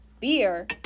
beer